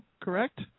correct